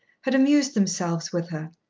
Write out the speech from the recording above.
had amused themselves with her,